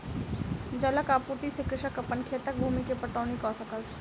जलक आपूर्ति से कृषक अपन खेतक भूमि के पटौनी कअ सकल